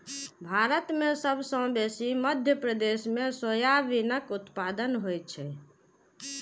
भारत मे सबसँ बेसी मध्य प्रदेश मे सोयाबीनक उत्पादन होइ छै